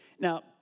Now